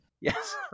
Yes